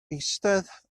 eistedd